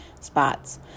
spots